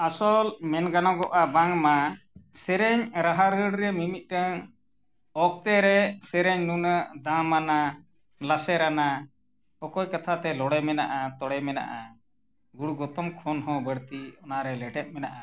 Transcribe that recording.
ᱟᱥᱚᱞ ᱢᱮᱱ ᱜᱟᱱᱚᱜᱚᱜᱼᱟ ᱵᱟᱝᱢᱟ ᱥᱮᱨᱮᱧ ᱨᱟᱦᱟ ᱨᱟᱹᱲ ᱨᱮ ᱢᱤᱼᱢᱤᱫᱴᱟᱝ ᱚᱠᱛᱚ ᱨᱮ ᱥᱮᱨᱮᱧ ᱱᱩᱱᱟᱹᱜ ᱫᱟᱢ ᱟᱱᱟ ᱞᱟᱥᱮᱨ ᱟᱱᱟ ᱚᱠᱚᱭ ᱠᱟᱛᱷᱟ ᱛᱮ ᱞᱚᱲᱮ ᱢᱮᱱᱟᱜᱼᱟ ᱛᱚᱲᱮ ᱢᱮᱱᱟᱜᱼᱟ ᱜᱩᱲ ᱜᱚᱛᱚᱢ ᱠᱷᱚᱱ ᱦᱚᱸ ᱵᱟᱹᱲᱛᱤ ᱚᱱᱟᱨᱮ ᱞᱮᱴᱮᱫ ᱢᱮᱱᱟᱜᱼᱟ